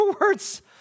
words